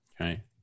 Okay